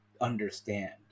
understand